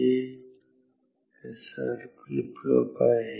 हे S R flip flop आहे